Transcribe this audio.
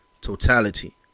totality